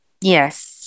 Yes